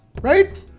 Right